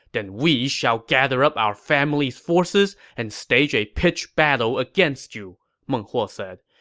then we shall gather up our family's forces and stage a pitch battle against you, meng huo said.